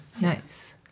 nice